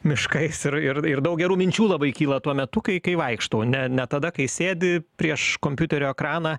miškais ir ir ir daug gerų minčių labai kyla tuo metu kai kai vaikštau ne ne tada kai sėdi prieš kompiuterio ekraną